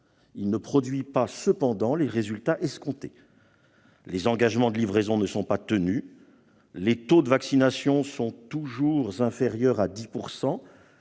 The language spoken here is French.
Il ne produit cependant pas les résultats escomptés : les engagements de livraison ne sont pas tenus, les taux de vaccination sont toujours inférieurs à 10